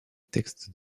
texte